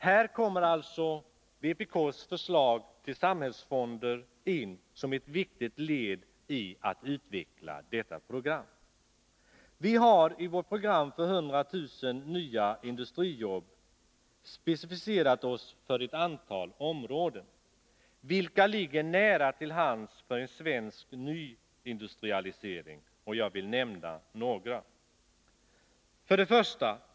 Här kommer alltså vpk:s förslag till samhällsfonder in som ett viktigt led i att utveckla detta program. Vi har i vårt program för 100 000 nya industrijobb angivit ett antal områden, vilka ligger nära till hands för en svensk nyindustrialisering. Jag vill nämna några. 1.